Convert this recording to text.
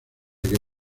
que